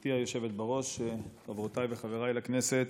גברתי היושבת בראש, חברותיי וחבריי לכנסת,